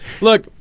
look